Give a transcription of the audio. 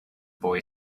boy